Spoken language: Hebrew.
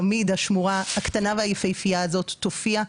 תמיד השמורה הקטנה והיפהפייה הזאת תופיע.